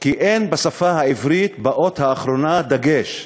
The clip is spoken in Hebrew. כי אין בשפה העברית באות האחרונה דגש.